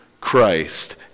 Christ